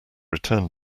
return